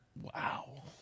Wow